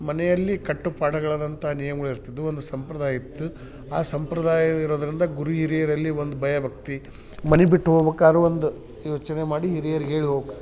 ಮನೆಯಲ್ಲಿ ಕಟ್ಟುಪಾಡುಗಳಾದಂಥ ನಿಯಮಗಳು ಇರ್ತಿದ್ದವು ಒಂದು ಸಂಪ್ರದಾಯ ಇತ್ತು ಆ ಸಂಪ್ರದಾಯ ಇರೋದ್ರಿಂದ ಗುರು ಹಿರಿಯರಲ್ಲಿ ಒಂದು ಭಯ ಭಕ್ತಿ ಮನೆ ಬಿಟ್ಟು ಹೋಬೇಕಾರ್ ಒಂದು ಯೋಚನೆ ಮಾಡಿ ಹಿರಿಯರಿಗೆ ಹೇಳಿ ಹೋಕ್